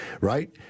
right